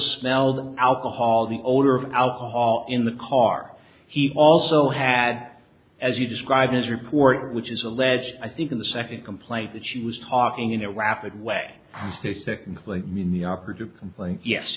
smelled alcohol the odor of alcohol in the car he also had as he described his report which is alleged i think in the second complaint that she was talking in a rapid way